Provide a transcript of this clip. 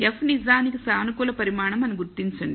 F నిజానికి సానుకూల పరిమాణం అని గుర్తించండి